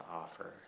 offer